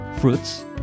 fruits